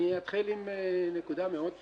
אני אתחיל עם נקודה מאוד פשוטה,